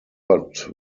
but